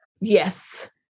Yes